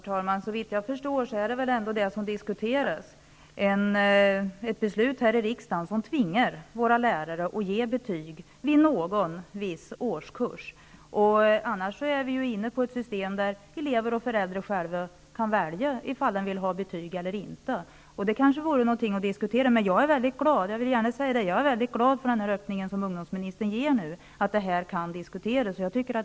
Herr talman! Såvitt jag förstår diskuteras väl ändå ett beslut här i riksdagen, som tvingar lärarna att ge betyg i någon viss årskurs. Annars är vi inne på ett system, där elever och föräldrar själva kan välja om de vill ha betyg eller inte. Det vore kanske någonting att diskutera. Jag är väldigt glad över den öppning som civilministern nu ger, att detta kan diskuteras.